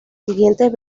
siguientes